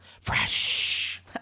Fresh